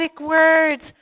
words